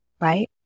right